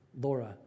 Laura